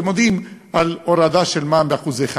ומודיעים על הורדה של מע"מ ב-1%.